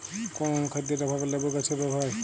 কোন অনুখাদ্যের অভাবে লেবু গাছের রোগ হয়?